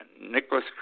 Nicholas